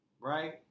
Right